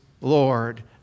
Lord